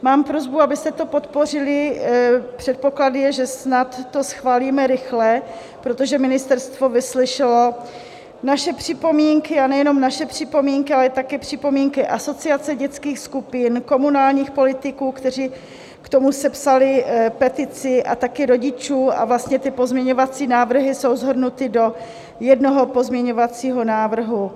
Mám prosbu, abyste to podpořili, předpoklad je, že snad to schválíme rychle, protože ministerstvo vyslyšelo naše připomínky, a nejenom naše připomínky, ale také připomínky Asociace dětských skupin, komunálních politiků, kteří k tomu sepsali petici, a také rodičů, a vlastně ty pozměňovací návrhy jsou shrnuty do jednoho pozměňovacího návrhu.